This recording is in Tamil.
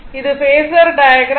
இது பேஸர் டையக்ராம்